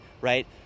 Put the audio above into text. right